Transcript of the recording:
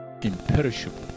imperishable